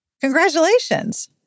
Congratulations